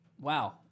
Wow